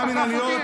ועדת הכנסת החליטה,